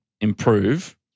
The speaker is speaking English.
improve